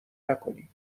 نکنی